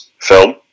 film